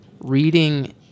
reading